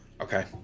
Okay